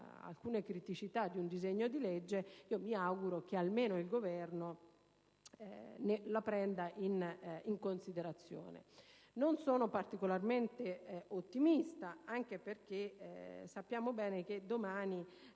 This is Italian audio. Non sono particolarmente ottimista, anche perché sappiamo bene che domani,